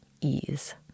ease